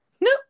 No